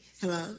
Hello